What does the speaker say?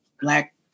black